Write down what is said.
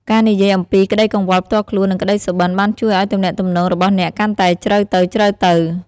ការនិយាយអំពីក្តីកង្វល់ផ្ទាល់ខ្លួននិងក្តីសុបិន្តបានជួយឲ្យទំនាក់ទំនងរបស់អ្នកកាន់តែជ្រៅទៅៗ។